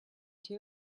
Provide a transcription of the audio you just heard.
too